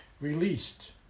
Released